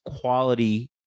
quality